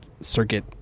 circuit